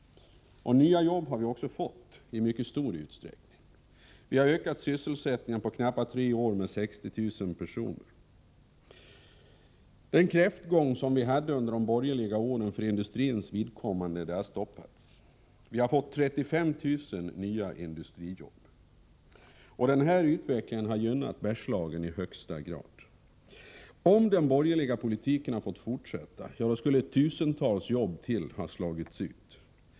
Och nya jobb har vi också fått i mycket stor utsträckning. På knappt tre år har sysselsättningen ökat med 60 000 personer. Den kräftgång för industrins vidkommande som vi hade under de borgerliga åren har stoppats. Vi har fått 35 000 nya industrijobb. Den här utvecklingen har gynnat Bergslagen i högsta grad. Om den borgerliga politiken hade fått fortsätta skulle tusentals jobb ha slagits ut.